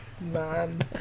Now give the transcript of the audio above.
Man